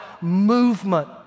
movement